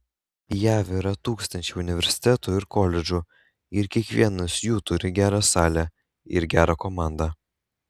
jav yra tūkstančiai universitetų ir koledžų ir kiekvienas jų turi gerą salę ir gerą komandą